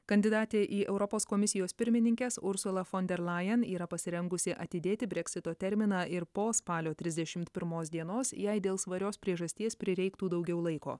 kandidatė į europos komisijos pirmininkes ursula fon der lajen yra pasirengusi atidėti breksito terminą ir po spalio trisdešimt pirmos dienos jei dėl svarios priežasties prireiktų daugiau laiko